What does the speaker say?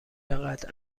چقدر